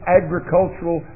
agricultural